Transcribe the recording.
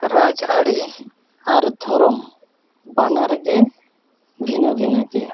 ᱨᱟᱡᱽ ᱟᱹᱨᱤ ᱟᱨ ᱫᱷᱚᱨᱚᱢ ᱵᱟᱱᱟᱨ ᱜᱮ ᱵᱷᱤᱱᱟᱹ ᱵᱷᱤᱱᱟᱹ ᱜᱮᱭᱟ